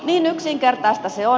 niin yksinkertaista se on